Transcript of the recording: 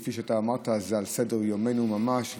כפי שאתה אמרת, זה על סדר-יומנו ממש.